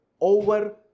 over